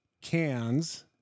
Cans